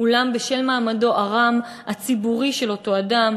אולם בשל מעמדו הציבורי הרם של אותו אדם,